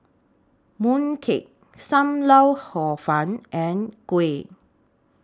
Mooncake SAM Lau Hor Fun and Kuih